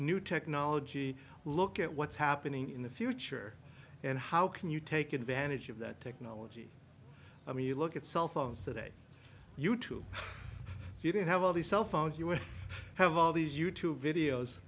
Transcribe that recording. new technology look at what's happening in the future and how can you take advantage of that technology i mean you look at cell phones today you tube if you don't have all the cell phones you will have all these you tube videos